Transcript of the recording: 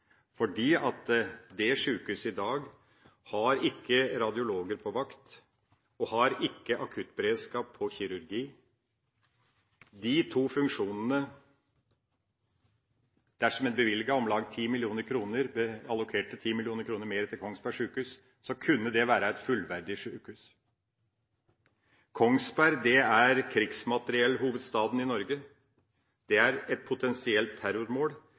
fordi det sykehuset i dag ikke har radiologer på vakt og ikke akuttberedskap på kirurgi – to funksjoner. Dersom en allokerte 10 mill. kr mer til Kongsberg sykehus, kunne det vært et fullverdig sykehus. Kongsberg er krigsmateriellhovedstaden i Norge. Det er et potensielt terrormål.